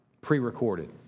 pre-recorded